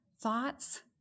thoughts